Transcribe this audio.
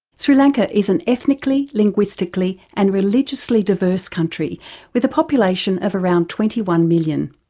sri lanka is an ethnically, linguistically and religiously diverse country with a population of around twenty one million.